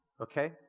Okay